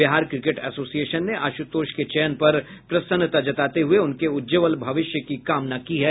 Bihar cricket association ने आशुतोष के चयन पर प्रसन्नता जताते हुए उनके उज्जवल भविष्य की कामना की है